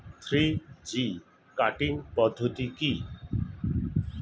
Three G cutting পদ্ধতি কি?